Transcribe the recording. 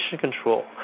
control